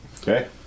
Okay